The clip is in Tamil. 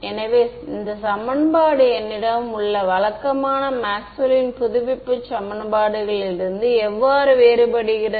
எனவே இந்த சமன்பாடு என்னிடம் உள்ள வழக்கமான மேக்ஸ்வெல்லின் புதுப்பிப்பு சமன்பாடுகளில் இருந்து எவ்வாறு வேறுபடுகிறது